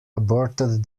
aborted